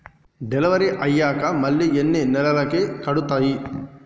Delivery అయ్యాక మళ్ళీ ఎన్ని నెలలకి కడుతాయి?